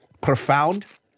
profound